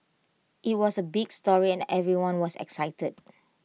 IT was A big story and everyone was excited